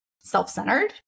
self-centered